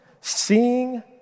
Seeing